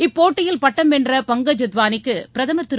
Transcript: இப்போட்டியில் பட்டம் வென்ற பங்கஜ் அத்வாளிக்கு பிரதமர் திரு